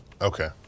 Okay